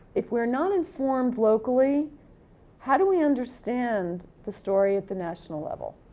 if we're not informed locally how do we understand the story at the national level?